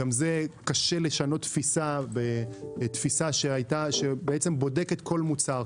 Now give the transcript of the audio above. קשה לשנות תפיסה שבודקים כל מוצר.